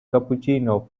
cappuccino